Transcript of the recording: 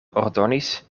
ordonis